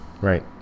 Right